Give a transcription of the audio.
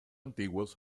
antiguos